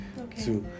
Okay